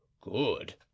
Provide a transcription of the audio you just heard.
good